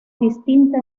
distinta